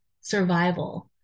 survival